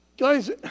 Guys